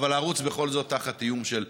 אבל הערוץ בכל זאת תחת איום של סגירה.